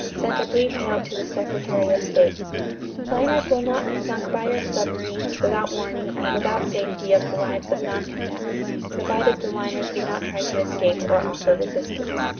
sent a brief note to the secretary of state liners will not be sunk by our submarines without warning and without safety of the lives of non-combatants, provided the liners do not try to escape or offer resistance.